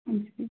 ਹਾਂਜੀ